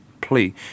plea